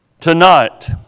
Tonight